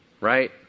right